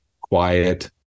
quiet